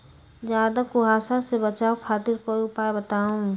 ज्यादा कुहासा से बचाव खातिर कोई उपाय बताऊ?